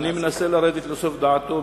אני מנסה לרדת לסוף דעתו.